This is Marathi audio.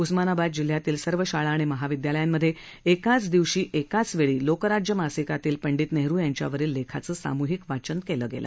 उस्मानाबाद जिल्ह्यातील सर्व शाळा आणि महाविदयालयांमधे एकाच दिवशी एकाच वेळी लोकराज्य मासिकातील पंडित नेहरु यांच्यावरील लेखाचं सामूहिक वाचन केलं गेलं